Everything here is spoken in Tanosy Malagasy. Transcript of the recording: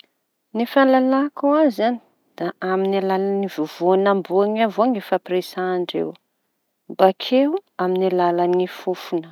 Ny fahalalako azy en da amin'ny alalan'ny vovoan'amboa iñy avao no hifampiresahan-dreo bakeo amin'ny alalan'ny fofona.